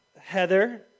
Heather